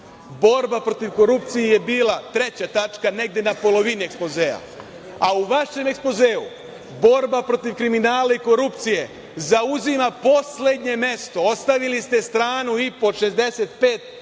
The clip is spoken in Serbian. borba protiv korupcije je bila 3. tačka, negde na polovini ekspozea, a u vašem ekspozeu borba protiv kriminala i korupcije zauzima poslednje mesto. Ostavili ste stranu i po od